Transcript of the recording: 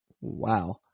Wow